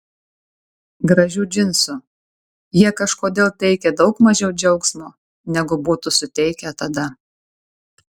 gražių džinsų jie kažkodėl teikia daug mažiau džiaugsmo negu būtų suteikę tada